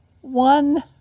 one